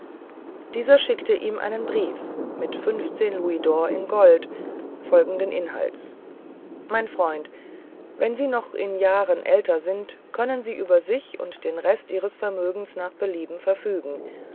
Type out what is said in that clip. dieser schickte ihm einen brief mit fünfzehn louisdor in gold folgenden inhalts mein freund wenn sie noch ein jahr älter sind können sie über sich und den kleinen rest ihres vermögens nach belieben verfügen